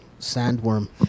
sandworm